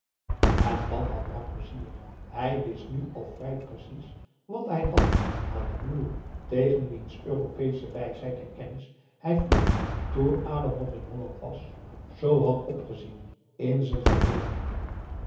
en dan had bram pleizier hij wist nu al vrij precies wat hij had aan den broer tegen wiens europeesche wijsheid en kennis hij vroeger toen adam nog in holland was zoo had opgezien in z'n verbeelding